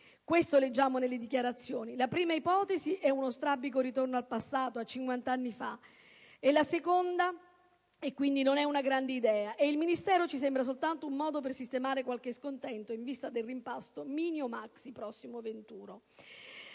Questo leggiamo nelle dichiarazioni. La prima ipotesi è uno strabico ritorno al passato, a cinquant'anni fa, e quindi non è una grande idea, e il Ministero ci sembra soltanto un modo per sistemare qualche scontento in vista del rimpasto, mini o maxi, prossimo venturo.